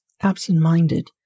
absent-minded